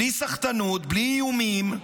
בלי סחטנות, בלי איומים,